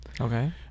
Okay